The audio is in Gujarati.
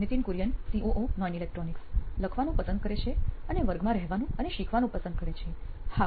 નિથિન કુરિયન સીઓઓ નોઇન ઇલેક્ટ્રોનિક્સ લખવાનું પસંદ કરે છે અને વર્ગમાં રહેવાનું અને શીખવાનું પસંદ કરે છે હા